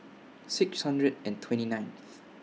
six hundred and twenty ninth